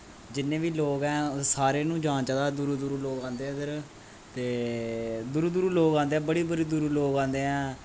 जिन्ने बी लोक ऐ सारें नू जाना चाहिदा दूरों दूरों लोक आंदे ऐ इद्धर ते दूरों दूरों लोक आंदे ऐ बड़ी बड़ी दूरों लोग आंदे ऐ